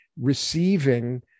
receiving